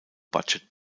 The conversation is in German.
budget